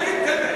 זה מה שנקרא,